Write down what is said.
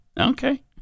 Okay